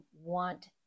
want